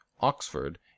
Oxford